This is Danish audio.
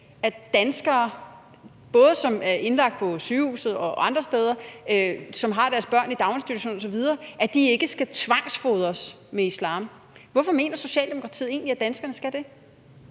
at danskere, både dem, som er indlagt på sygehuset, som har deres børn i en daginstitution osv., og andre steder, ikke skal tvangsfodres med islam. Hvorfor mener Socialdemokratiet egentlig at danskerne skal det?